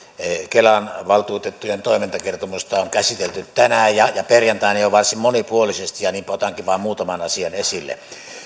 kelan valtuutettujen toimintakertomusta on käsitelty tänään ja perjantaina jo varsin monipuolistesti ja niinpä otankin vain muutaman asian esille